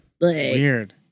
Weird